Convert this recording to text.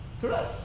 Correct